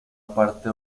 parte